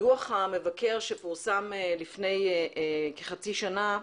בדוח המבקר, שפורסם לפני כחצי שנה,